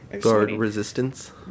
Guard-resistance